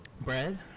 Bread